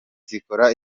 zikora